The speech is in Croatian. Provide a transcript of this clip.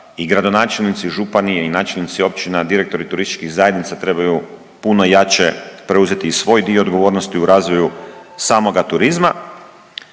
i gradonačelnici i župani i načelnici općina, direktori turističkih zajednica trebaju puno jače preuzeti i svoj dio odgovornosti u razvoju samoga turizma.